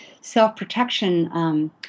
self-protection